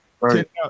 Right